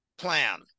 plan